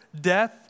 death